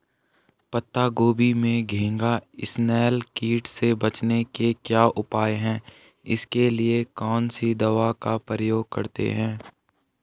पत्ता गोभी में घैंघा इसनैल कीट से बचने के क्या उपाय हैं इसके लिए कौन सी दवा का प्रयोग करते हैं?